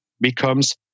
becomes